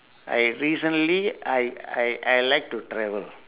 I recently I I I like to travel